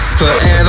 forever